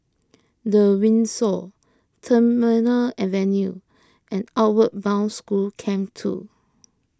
the Windsor Terminal Avenue and Outward Bound School Camp two